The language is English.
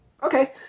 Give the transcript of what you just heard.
Okay